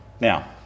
Now